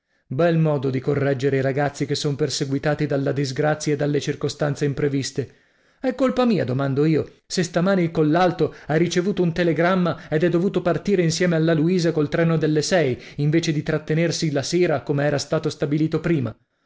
bel modo di correggere i ragazzi che son perseguitati dalla disgrazia e dalle circostanze impreviste è colpa mia domando io se stamani il collalto ha ricevuto un telegramma ed è dovuto partire insieme alla luisa col treno delle sei invece di trattenersi la sera come era stato stabilito prima